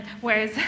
Whereas